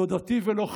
לא דתי ולא חילוני,